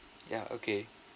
ya okay